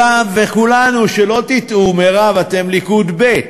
וכולנו, שלא תטעו, מירב, אתם ליכוד ב'.